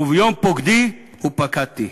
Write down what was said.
וביום פוקדי ופקדתי.